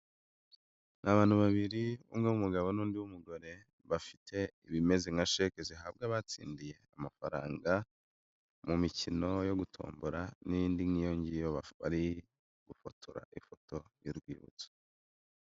Ni abantu babiri umwe w'umugabo n'undi w'umugore bafite ibimeze nka sheke zihabwa abatsindiye amafaranga mu mikino yo gutombora n'indi nk'iyo ngiyo, bakaba bari gufotora ifoto y'urwibutso.